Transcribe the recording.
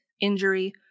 injury